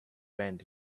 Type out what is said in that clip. bend